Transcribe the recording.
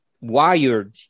wired